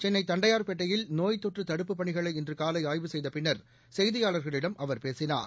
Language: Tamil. சென்னைதண்டையார்பேட்டையில் நோய்த் தொற்றுதடுப்புப் பணிகளை இன்றுகாலைஆய்வு செய்தபின்னர் செய்தியாளர்களிடம் அவர் பேசினார்